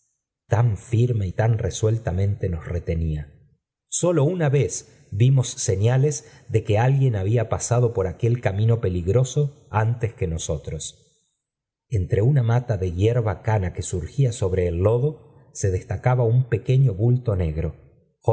tan firme y tan resueltamente nos retenía sólo una vez vimos señales de que alguien había pasado por aquel camino peligroso antes que nosotros entre una mata de hierba cana que surgía sobre el lodo se destacaba un pequeño bulto negro